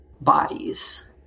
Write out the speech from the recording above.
bodies